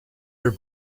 her